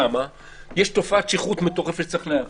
יש תופעת שכרות מטורפת שצריך להיאבק בה.